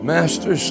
Master